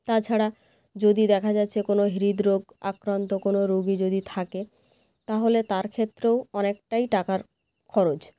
তাছাড়া যদি দেখা যাচ্ছে কোনো হৃদ রোগ আক্রান্ত কোনো রুগী যদি থাকে তাহলে তার ক্ষেত্রেও অনেকটাই টাকার খরচ